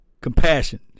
compassion